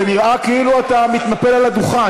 זה נראה כאילו אתה מתנפל על הדוכן,